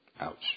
Ouch